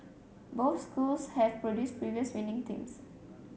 both schools have produced previous winning teams